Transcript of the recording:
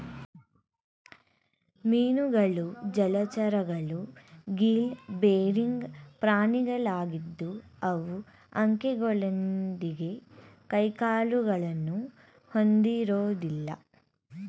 ಮೀನುಗಳು ಜಲಚರಗಳು gill bearing ಪ್ರಾಣಿಗಳಾಗಿದ್ದು ಅವು ಅಂಕೆಗಳೊಂದಿಗೆ ಕೈಕಾಲುಗಳನ್ನು ಹೊಂದಿರೋದಿಲ್ಲ